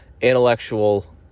intellectual